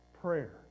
Prayer